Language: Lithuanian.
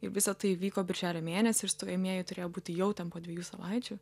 ir visa tai įvyko birželio mėnesį ir stojamieji turėjo būti jau ten po dviejų savaičių